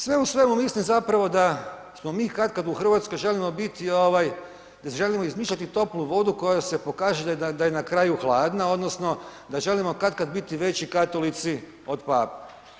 Sve u svemu mislim zapravo da smo katkad u Hrvatskoj želimo biti, ne želimo izmišljati toplu vodu koja se pokaže da je na kraju hladna, odnosno ne želimo katkad biti veći katolici od Pape.